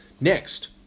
Next